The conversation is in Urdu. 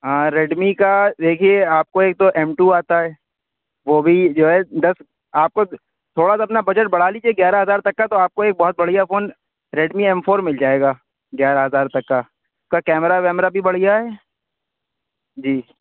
ہاں ریڈ می کا دیکھیے آپ کو ایک تو ایم ٹو آتا ہے وہ بھی جو ہے دس آپ کو تھوڑا سا اپنا بجٹ بڑھا لیجیے گیارہ ہزار تک کا تو آپ کو ایک بہت بڑھیا phone Redmi M four مل جائے گا گیارہ ہزار تک کا اس کا کیمرا ویمرا بھی بڑھیا ہے جی